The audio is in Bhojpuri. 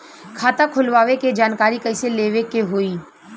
खाता खोलवावे के जानकारी कैसे लेवे के होई?